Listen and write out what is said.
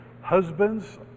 husbands